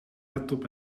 laptop